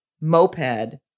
moped